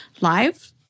live